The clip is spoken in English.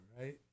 right